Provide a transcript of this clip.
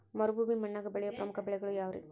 ಮರುಭೂಮಿ ಮಣ್ಣಾಗ ಬೆಳೆಯೋ ಪ್ರಮುಖ ಬೆಳೆಗಳು ಯಾವ್ರೇ?